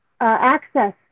access